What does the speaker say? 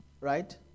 right